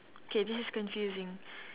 K this is confusing